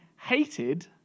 hated